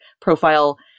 profile